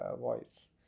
voice